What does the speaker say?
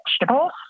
vegetables